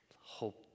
Hope